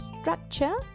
structure